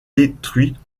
détruits